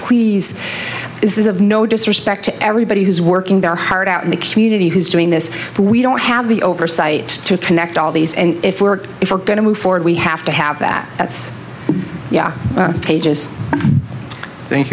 please this is of no disrespect to everybody who's working their heart out in the community who's doing this but we don't have the oversight to connect all these and if we work if we're going to move forward we have to have that that's yeah pages thank